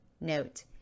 Note